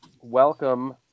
welcome